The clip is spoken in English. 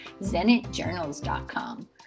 zenitjournals.com